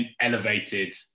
elevated